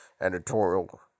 editorial